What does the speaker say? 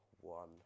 one